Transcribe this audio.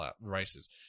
races